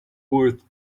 worth